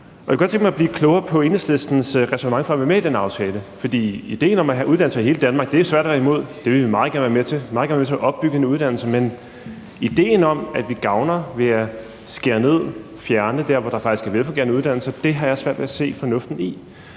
Jeg kunne godt tænke mig at blive klogere på Enhedslistens ræsonnement for at være med i den aftale. Det er svært at være imod idéen om at have uddannelser i hele Danmark. Det vil vi meget gerne være med til, og vi vil meget gerne være med til at opbygge uddannelser. Men idéen om, at vi gavner ved at skære ned og fjerne noget der, hvor der faktisk er velfungerende uddannelser, har jeg svært ved at se fornuften i,